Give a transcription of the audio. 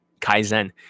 Kaizen